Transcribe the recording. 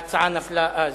ההצעה נפלה אז.